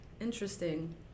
Interesting